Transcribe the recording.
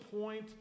point